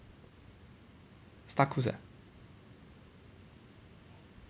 star cruise ah